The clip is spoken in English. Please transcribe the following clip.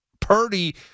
Purdy